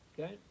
Okay